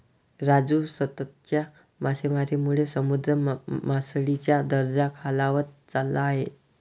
राजू, सततच्या मासेमारीमुळे समुद्र मासळीचा दर्जा खालावत चालला आहे